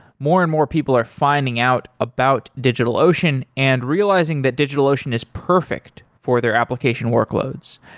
more and more people are finding out about digitalocean and realizing that digitalocean is perfect for their application workloads.